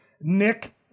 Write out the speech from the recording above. Nick